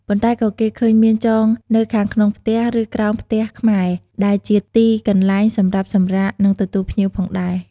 ប៉ុន្តែក៏គេឃើញមានចងនៅខាងមុខផ្ទះ ឬក្រោមផ្ទះខ្មែរ ដែលជាទីកន្លែងសម្រាប់សម្រាក និងទទួលភ្ញៀវផងដែរ។